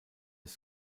des